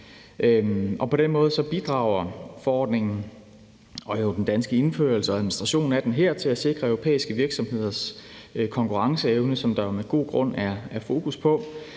På den måde bidrager forordningen og den danske indførelse og administration af den til at sikre europæiske virksomheders konkurrenceevne, som der jo med god grund er fokus på,